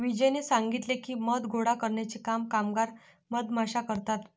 विजयने सांगितले की, मध गोळा करण्याचे काम कामगार मधमाश्या करतात